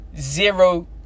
Zero